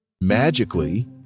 Magically